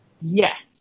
Yes